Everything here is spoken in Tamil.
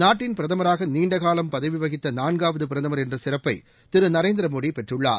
நாட்டின் பிரதமராக நீண்ட காலம் பதவி வகித்த நான்காவது பிரதமர் என்ற சிறப்பை திரு நரேந்திர மோடி பெற்றுள்ளார்